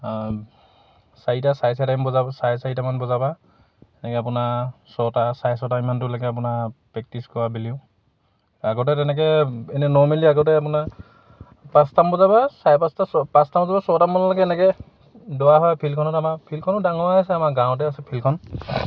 চাৰিটা চাৰে চাৰিটামান বজা চাৰে চাৰিটামান বজাৰ পা এনেকৈ আপোনাৰ ছটা চাৰে ছটা ইমানটোলৈকে আপোনাৰ প্ৰেক্টিছ কৰা আবেলিও আগতে তেনেকৈ এনে নৰ্মেলি আগতে আপোনাৰ পাঁচটামান বজাৰ পা চাৰে পাঁচটা ছ পাঁচটা বজাৰ পা ছটামানলৈকে এনেকৈ দৌৰা হয় ফিল্ডখনত আমাৰ ফিল্ডখনো ডাঙৰে আছে আমাৰ গাঁৱতে আছে ফিল্ডখন